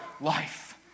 life